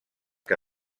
que